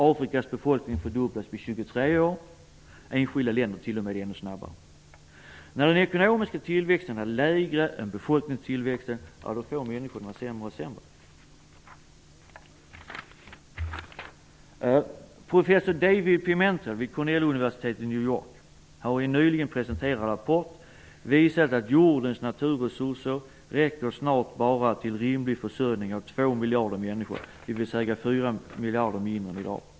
Afrikas befolkning fördubblas på 23 år -- enskilda länder t.o.m. ännu snabbare. När den ekonomiska tillväxten är lägre än befolkningstillväxten får människorna det sämre och sämre. New York har i en nyligen presenterad rapport visat att jordens naturresurser snart räcker till enbart en rimlig försörjning åt två miljarder människor, dvs. fyra miljarder färre än i dag.